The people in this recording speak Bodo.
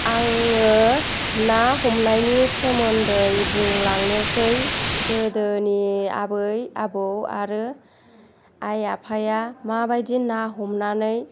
आङो ना हमनायनि सोमोन्दै बुंलांनोसै गोदोनि आबै आबौ आरो आइ आफाया माबायदि ना हमनानै